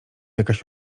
jakaś